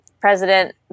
President